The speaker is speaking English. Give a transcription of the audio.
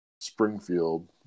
Springfield